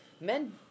men